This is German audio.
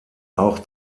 auch